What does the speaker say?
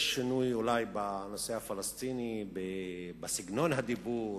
יש אולי שינוי בנושא הפלסטיני בסגנון הדיבור,